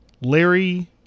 Larry